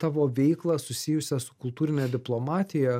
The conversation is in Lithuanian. tavo veiklą susijusią su kultūrine diplomatija